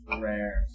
rare